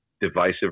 divisive